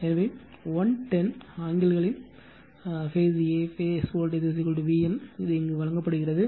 எனவே 110 ஆங்கிள் களின் phase a phase voltage VAN க்கு இது வழங்கப்படுகிறது